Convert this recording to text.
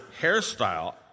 hairstyle